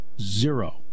Zero